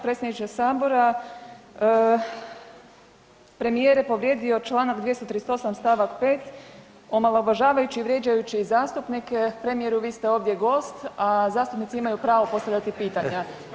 Predsjedniče sabora, premijer je povrijedio Članak 238. stavak 5. omalovažavajući i vrijeđajući zastupnike, premijeru vi ste ovdje gost, a zastupnici imaju pravo postavljati pitanja.